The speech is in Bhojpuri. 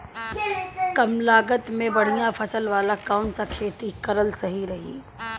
कमलागत मे बढ़िया फसल वाला कौन सा खेती करल सही रही?